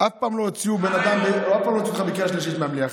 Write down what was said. אף פעם לא הוציאו אותך בקריאה שלישית מהמליאה.